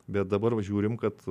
bet dabar va žiūrim kad